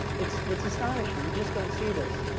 it's it's astonishing. you just don't see this.